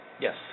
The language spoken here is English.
yes